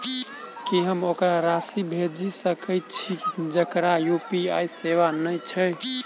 की हम ओकरा राशि भेजि सकै छी जकरा यु.पी.आई सेवा नै छै?